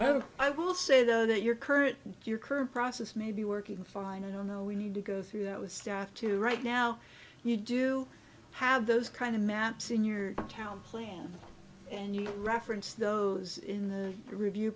i will say though that your current and your current process may be working fine i don't know we need to go through that with staff to right now you do have those kind of maps in your town plan and you referenced those in the review